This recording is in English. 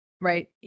right